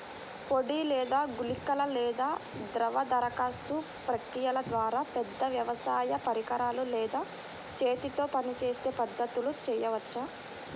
పొడి లేదా గుళికల లేదా ద్రవ దరఖాస్తు ప్రక్రియల ద్వారా, పెద్ద వ్యవసాయ పరికరాలు లేదా చేతితో పనిచేసే పద్ధతులను చేయవచ్చా?